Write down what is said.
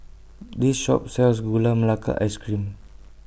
This Shop sells Gula Melaka Ice Cream